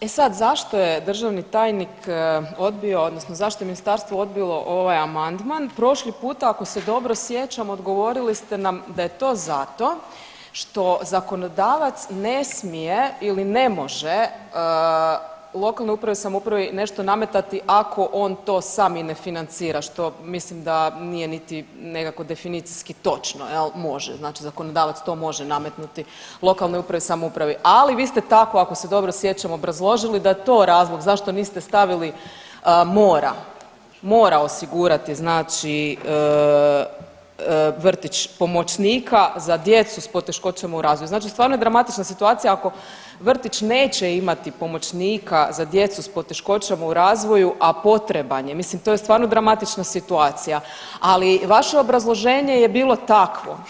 E sad zašto je državni tajnik odbio odnosno zašto je ministarstvo odbilo ovaj amandman, prošli puta ako se dobro sjećam odgovorili ste nam da je to zato što zakonodavac ne smije ili ne može lokalnoj upravi i samoupravi nešto nametati ako to on sam i ne financira, što mislim da nije niti nekako definicijski točno jel, može, znači zakonodavac to može nametnuti lokalnoj upravi i samoupravi, ali vi ste tako ako se dobro sjećam obrazložili da je to razlog zašto niste stavili mora, mora osigurati znači vrtić pomoćnika za djecu s poteškoćama u razvoju, znači stvarno je dramatična situacija ako vrtić neće imati pomoćnika za djecu s poteškoćama u razvoju, a potreban je, mislim to je stvarno dramatična situacija, ali vaše obrazloženje je bilo takvo.